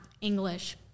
English